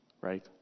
right